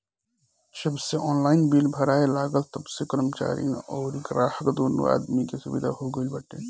जबसे online bill भराए लागल तबसे कर्मचारीन अउरी ग्राहक दूनो आदमी के सुविधा हो गईल बाटे